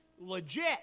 legit